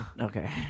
Okay